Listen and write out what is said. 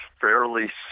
fairly